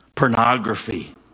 pornography